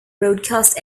broadcast